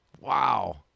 Wow